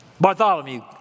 Bartholomew